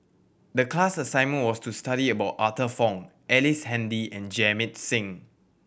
the class assignment was to study about Arthur Fong Ellice Handy and Jamit Singh